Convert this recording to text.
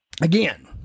Again